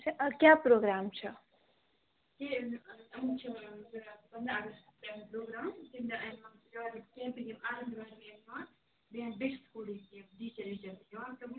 اچھا کیاہ پُرٛوگرام چھُ